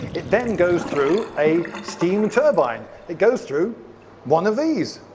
it then goes through a steam turbine, it goes through one of these.